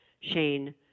Shane